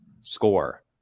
score